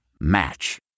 Match